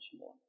more